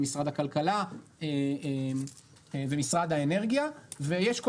עם משרד הכלכלה ומשרד האנרגיה ויש כל